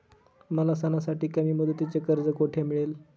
मला सणासाठी कमी मुदतीचे कर्ज कोठे मिळेल?